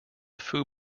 foo